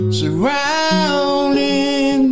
surrounding